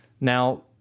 Now